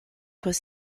was